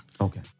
Okay